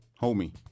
homie